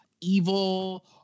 evil